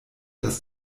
dass